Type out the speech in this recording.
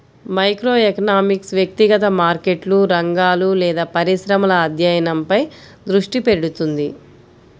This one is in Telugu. మైక్రోఎకనామిక్స్ వ్యక్తిగత మార్కెట్లు, రంగాలు లేదా పరిశ్రమల అధ్యయనంపై దృష్టి పెడుతుంది